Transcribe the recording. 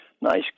nice